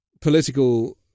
political